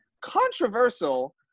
controversial